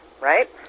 right